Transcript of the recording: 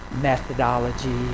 methodology